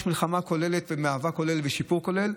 יש מלחמה כוללת ומאבק כולל ושיפור כולל,